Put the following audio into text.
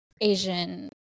Asian